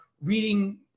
reading